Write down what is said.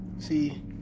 See